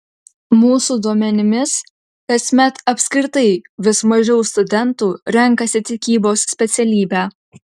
mūsų duomenimis kasmet apskritai vis mažiau studentų renkasi tikybos specialybę